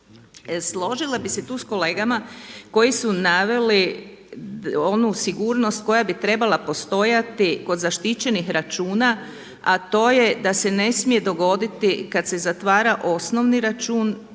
Složila bih se tu sa kolegama koji su naveli onu sigurnost koja bi trebala postojati kod zaštićenih računa, a to je da se ne smije dogoditi kad se zatvara osnovni račun,